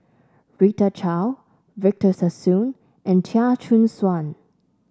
Rita Chao Victor Sassoon and Chia Choo Suan